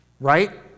Right